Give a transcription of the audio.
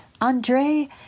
Andre